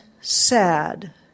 sad